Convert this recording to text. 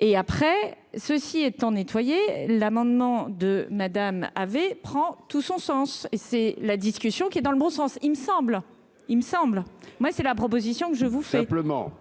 et après ceci étant nettoyer l'amendement de Madame avait prend tout son sens et c'est la discussion qui est dans le bon sens, il me semble, il me semble, moi, c'est la proposition que je vous. Simplement,